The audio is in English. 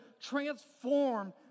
transform